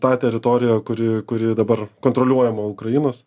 tą teritoriją kuri kuri dabar kontroliuojama ukrainos